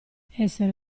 essere